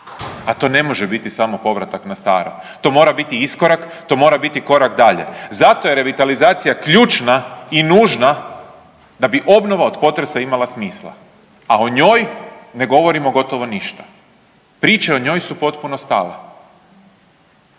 a to ne može biti samo povratak na staro, to mora biti iskorak i to mora biti korak dalje. Zato je revitalizacija ključna i nužna da bi obnova od potresa imala smisla, a o njoj ne govorimo gotovo ništa, priče o njoj su potpuno stale.